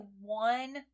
one